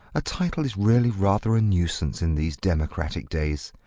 a title is really rather a nuisance in these democratic days.